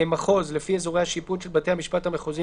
"מחוז" לפי אזורי השיפוט של בתי המשפט המחוזיים